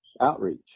outreach